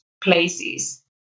places